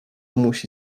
musi